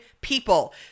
people